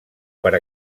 per